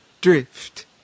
drift